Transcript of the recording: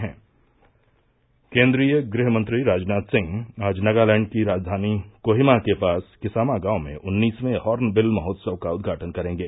से में भारत के लिए केन्द्रीय गृहमंत्री राजनाथ सिंह आज नगालैंड की राजधानी कोहिमा के पास किसामागांव में उन्नीसवें हॉर्नबिल महोत्सव का उद्घाटन करेंगे